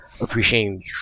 appreciating